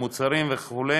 המוצרים וכו',